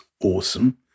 awesome